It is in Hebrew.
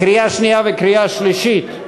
קריאה שנייה וקריאה שלישית.